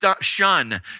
shun